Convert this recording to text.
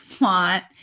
want